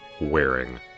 wearing